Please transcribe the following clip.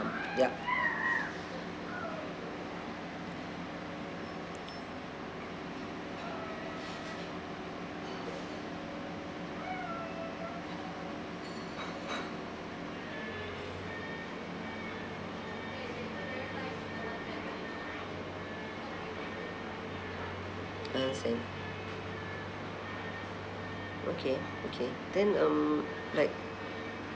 yup ah I see okay okay then um like